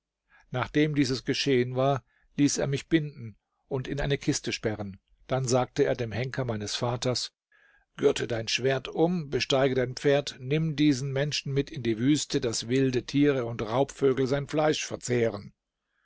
nachdem dieses geschehen war ließ er mich binden und in eine kiste sperren dann sagte er dem henker meines vaters gürte dein schwert um besteige dein pferd nimm diesen menschen mit in die wüste daß wilde tiere und raubvögel sein fleisch verzehren